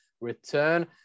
return